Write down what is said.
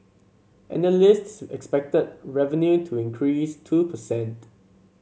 analysts expected revenue to increase two per cent